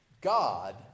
God